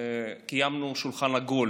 קיימנו שולחן עגול,